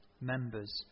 members